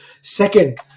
Second